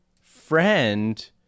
friend